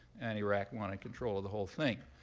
and iraq wanted control of the whole thing.